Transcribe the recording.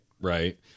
right